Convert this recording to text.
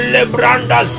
Lebranda